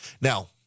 Now